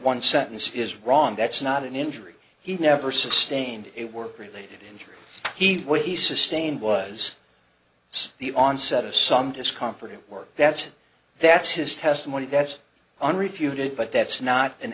one sentence is wrong that's not an injury he never sustained a work related injury he where he sustained was so the onset of some discomfort at work that's that's his testimony that's unrefuted but that's not an